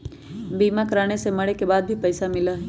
बीमा कराने से मरे के बाद भी पईसा मिलहई?